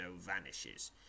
vanishes